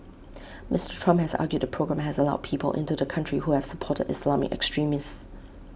Mister Trump has argued the programme has allowed people into the country who have supported Islamic extremists